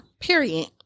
Period